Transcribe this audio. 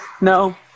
no